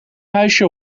huisje